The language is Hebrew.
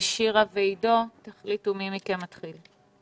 נמצאים אתנו שירה ועידו, תחליט מי מכם מתחיל.